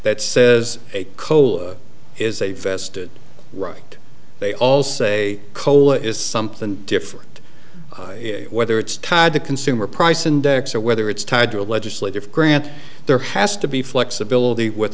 that says a coal is a vested right they all say coal is something different whether it's tied to consumer price index or whether it's tied to a legislative grant there has to be flexibility with